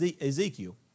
Ezekiel